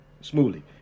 smoothly